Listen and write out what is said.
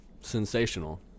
Sensational